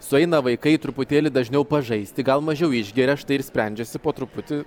sueina vaikai truputėlį dažniau pažaisti gal mažiau išgeria štai ir sprendžiasi po truputį